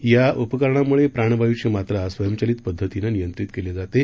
या उपकरणामुळे प्राणवायुची मात्रा स्वयंचलित पद्धतीनं नियंत्रित केली जाते